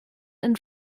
and